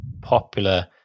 popular